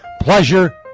Pleasure